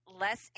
less